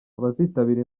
abazitabira